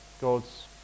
God's